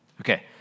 okay